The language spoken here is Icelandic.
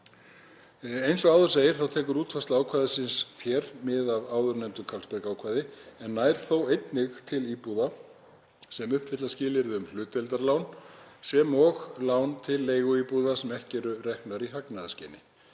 Eins og áður segir tekur útfærsla ákvæðisins hér mið af áðurnefndu Carlsberg-ákvæði en nær þó einnig til íbúða sem uppfylla skilyrði um hlutdeildarlán og lán til leiguíbúða sem ekki eru reknar í hagnaðarskyni.